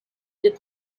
viêt